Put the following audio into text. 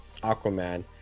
Aquaman